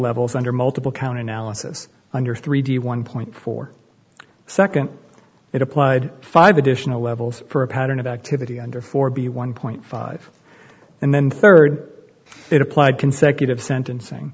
levels under multiple count analysis under three d one point four second it applied five additional levels for a pattern of activity under four b one point five and then third it applied consecutive sentencing